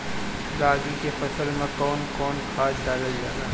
रागी के फसल मे कउन कउन खाद डालल जाला?